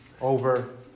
over